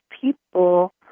people